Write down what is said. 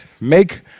make